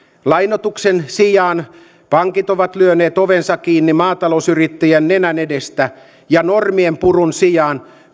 lainoituksen sijaan pankit ovat lyöneet ovensa kiinni maatalousyrittäjien nenän edestä ja normienpurun sijaan